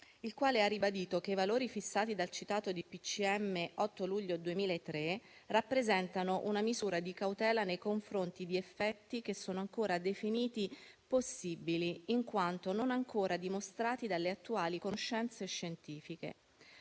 il quale ha ribadito che i valori fissati dal citato DPCM 8 luglio 2003 rappresentano una misura di cautela nei confronti di effetti che sono ancora definiti possibili, in quanto non ancora dimostrati dalle attuali conoscenze scientifiche.